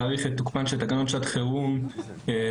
להאריך את תוקפן של תקנות שעת חירום (יהודה